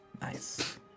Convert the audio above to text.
nice